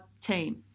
team